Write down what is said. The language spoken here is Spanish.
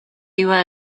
iba